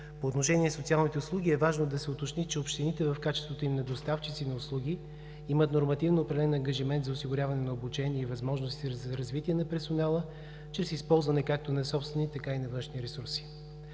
По отношение на социалните услуги е важно да се уточни, че общините в качеството им на доставчици на услуги имат нормативно определен ангажимент за осигуряване на обучение и възможности за развитие на персонала чрез използване както на собствени, така и на външни ресурси.